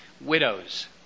widows